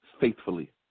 faithfully